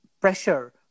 pressure